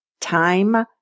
time